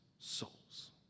souls